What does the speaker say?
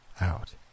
out